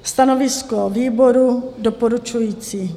Stanovisko výboru doporučující.